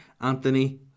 Anthony